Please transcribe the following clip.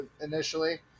initially